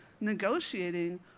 negotiating